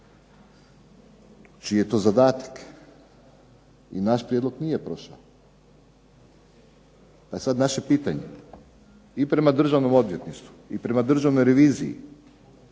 čiji je to zadatak. I naš prijedlog nije prošao. A sada naše pitanje i prema Državnom odvjetništvu i prema Državnoj reviziji